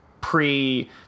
pre